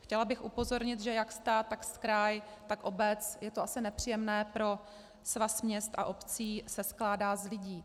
Chtěla bych upozornit, že jak stát, tak kraj, tak obec, je to asi nepříjemné pro Svaz měst a obcí, se skládá z lidí.